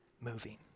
moving